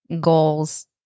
goals